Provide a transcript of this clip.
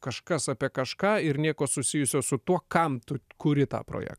kažkas apie kažką ir nieko susijusio su tuo kam tu kuri tą projektą